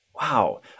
Wow